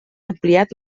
ampliat